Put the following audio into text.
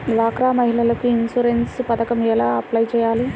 డ్వాక్రా మహిళలకు ఇన్సూరెన్స్ పథకం ఎలా అప్లై చెయ్యాలి?